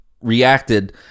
reacted